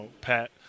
Pat